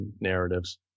narratives